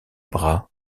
bras